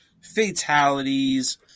Fatalities